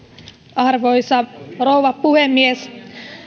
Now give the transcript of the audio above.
arvoisa rouva puhemies